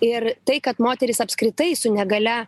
ir tai kad moterys apskritai su negalia